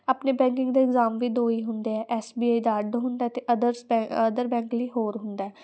ਆਪਣੇ ਬੈਂਕਿੰਗ ਦੇ ਇਗਜ਼ਾਮ ਵੀ ਦੋ ਹੀ ਹੁੰਦੇ ਆ ਐਸ ਬੀ ਆਈ ਦਾ ਅੱਡ ਹੁੰਦਾ ਅਤੇ ਅਦਰਸ ਬੈ ਅਦਰ ਬੈਂਕ ਲਈ ਹੋਰ ਹੁੰਦਾ